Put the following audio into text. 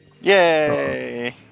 Yay